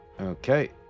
Okay